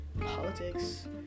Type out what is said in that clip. politics